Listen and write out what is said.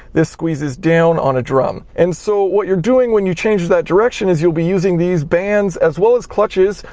this squeezes down on a drum. and so, what you're doing when you change that direction is you'll be using these bands, as well as clutches.